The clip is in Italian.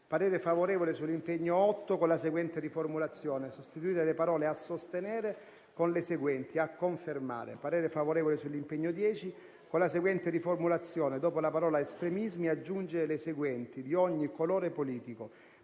parere favorevole sull'impegno n. 8 con la seguente riformulazione: sostituire le parole "a sostenere" con le seguenti "a confermare". Esprimo parere favorevole sull'impegno n. 10 con la seguente riformulazione: dopo la parola "estremismi" aggiungere le seguenti "di ogni colore politico".